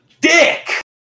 dick